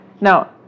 Now